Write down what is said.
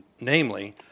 Namely